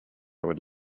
would